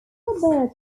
particular